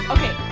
Okay